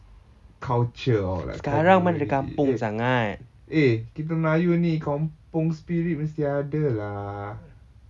culture or like eh kita melayu ni kampung spirit mesti ada lah